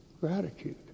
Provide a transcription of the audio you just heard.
gratitude